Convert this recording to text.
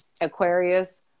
Aquarius